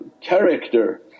character